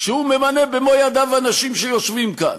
כשהוא ממנה במו-ידיו אנשים שיושבים כאן.